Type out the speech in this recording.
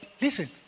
listen